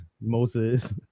Moses